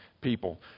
people